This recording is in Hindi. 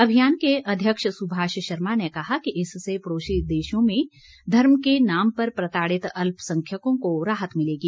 अभियान के अध्यक्ष सुभाष शर्मा ने कहा कि इससे पड़ोसी देशों में धर्म के नाम पर प्रताड़ित अल्पसंख्यकों को राहत मिलेगी